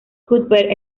cuthbert